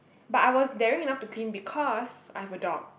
but I was daring enough to clean because I have a dog